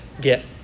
get